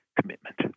commitment